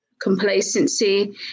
complacency